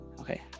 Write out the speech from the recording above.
Okay